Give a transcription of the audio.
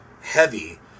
heavy